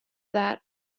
that